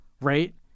right